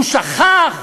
הוא שכח?